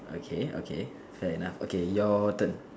okay okay fair enough okay your turn